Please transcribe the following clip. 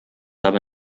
aber